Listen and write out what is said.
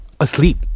Asleep